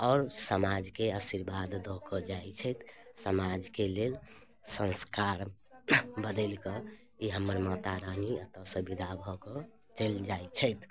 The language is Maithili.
आओर समाजके आशीर्वाद दऽ कऽ जाइ छथि समाजके लेल सँस्कार बदलिकऽ ई हमर मातारानी एतऽसँ विदा भऽ कऽ चलि जाइ छथि